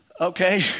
Okay